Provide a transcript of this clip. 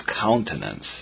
countenance